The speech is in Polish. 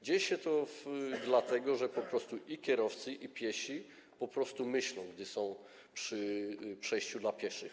Dzieje się to dlatego, że po prostu i kierowcy, i piesi myślą, gdy są przy przejściu dla pieszych.